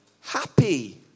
happy